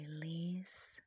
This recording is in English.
release